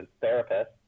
therapist